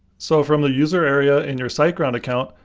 so from the user area in your siteground account,